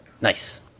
Nice